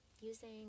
using